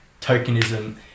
tokenism